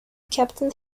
captain